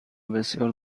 بسیار